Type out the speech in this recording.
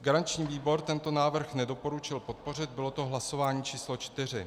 Garanční výbor tento návrh nedoporučil podpořit, bylo to hlasování číslo čtyři.